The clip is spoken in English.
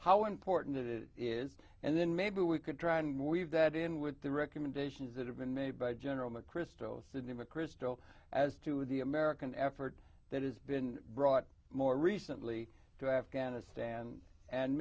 how important it is and then maybe we could try and weave that in with the recommendations that have been made by general mcchrystal sidney mcchrystal as to the american effort that has been brought more recently to afghanistan and